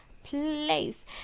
place